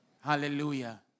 Hallelujah